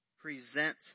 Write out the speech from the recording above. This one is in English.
present